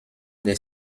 des